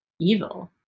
evil